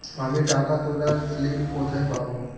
আমি টাকা তোলার স্লিপ কোথায় পাবো?